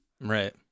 Right